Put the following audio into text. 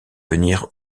venir